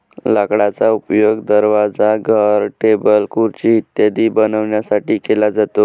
लाकडाचा उपयोग दरवाजा, घर, टेबल, खुर्ची इत्यादी बनवण्यासाठी केला जातो